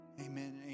amen